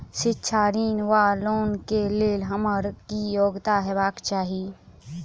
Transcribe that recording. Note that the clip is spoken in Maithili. शिक्षा ऋण वा लोन केँ लेल हम्मर की योग्यता हेबाक चाहि?